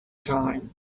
time